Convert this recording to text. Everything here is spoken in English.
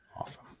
awesome